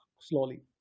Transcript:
slowly